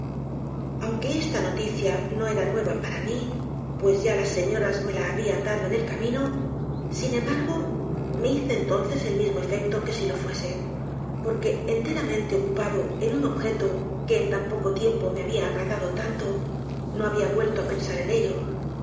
aunque esta noticia no era nueva para mí pues ya las señoras me la habian dado en el camino sin embargo me hizo entoncesel misr mp efecto que si lo fuese porque enteramente ocupado en un objeto que en tan poco tiempo me habia agradado tanto no habia vuelto á pensar en ello